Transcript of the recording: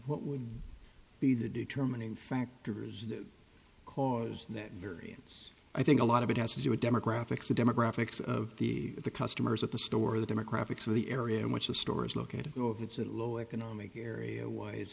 what would be the determining factors that caused that variance i think a lot of it has to do with demographics the demographics of the customers at the store the demographics of the area in which the store is located you know if it's a low economic area why it's